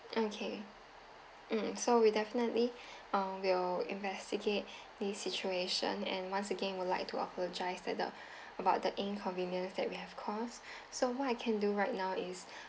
okay mm so we definitely uh will investigate this situation and once again I would like to apologise that the about the inconvenience that we have caused so what I can do right now is